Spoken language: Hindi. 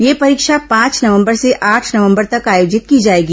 यह परीक्षा पांच नवंबर से आठ नवंबर तक आयोजित की जाएगी